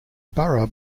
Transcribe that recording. borough